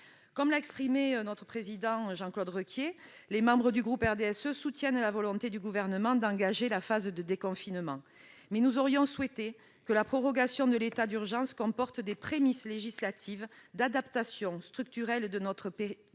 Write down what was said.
Le président de notre groupe, Jean-Claude Requier, l'a déjà indiqué, les membres du RDSE soutiennent la volonté du Gouvernement d'engager la phase de déconfinement. Cependant, nous aurions souhaité que la prorogation de l'état d'urgence comporte des prémices législatives d'adaptation structurelle de notre pays